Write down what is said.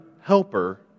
Helper